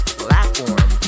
platform